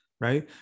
right